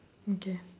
okay